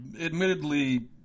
admittedly